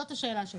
זאת השאלה שלי.